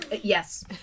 Yes